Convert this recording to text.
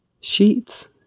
sheets